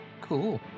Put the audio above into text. Cool